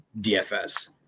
DFS